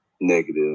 negative